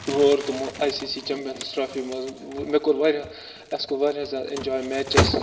ہور تِمو I C C champions trophy منٛز مےٚ کور واریاہ اَسہِ کوٚر واریاہ زیادٕ اٮ۪نجاے میچَس